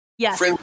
Yes